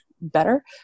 better